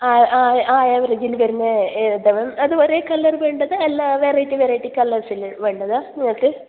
ആ ആ ആ റേഞ്ചിൽ വരുന്നത് അത് ഒരേ കളറ് വേണ്ടത് അല്ല വെറൈറ്റി വെറൈറ്റി കളേഴ്സിൽ വേണ്ടത് നിങ്ങൾക്ക്